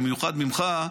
במיוחד ממך,